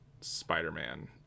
Spider-Man